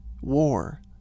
war